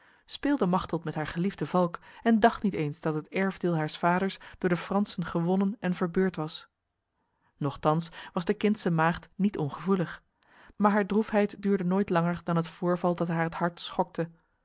speelde machteld met haar geliefde valk en dacht niet eens dat het erfdeel haars vaders door de fransen gewonnen en verbeurd was nochtans was de kindse maagd niet ongevoelig maar haar droefheid duurde nooit langer dan het voorval dat haar het hart schokte